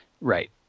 Right